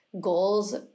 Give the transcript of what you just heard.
goals